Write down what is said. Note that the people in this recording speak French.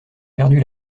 perdu